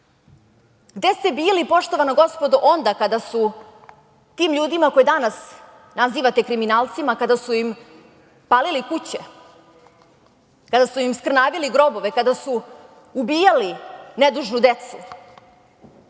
Gde ste bili, poštovana gospodo, onda kada su tim ljudima koje danas nazivate kriminalcima, kada su im palili kuće, kada su im skrnavili grobove, kada su ubijali nedužnu decu?U